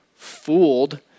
fooled